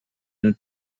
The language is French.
d’un